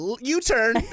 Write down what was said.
U-turn